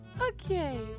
Okay